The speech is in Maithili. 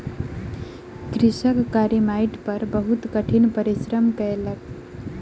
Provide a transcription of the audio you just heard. कृषक कारी माइट पर बहुत कठिन परिश्रम कयलक